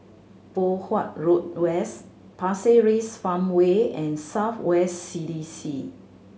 Poh Huat Road West Pasir Ris Farmway and South West C D C